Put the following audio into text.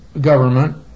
government